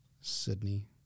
Sydney